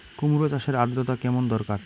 কুমড়ো চাষের আর্দ্রতা কেমন দরকার?